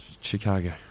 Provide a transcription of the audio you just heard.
Chicago